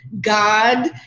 God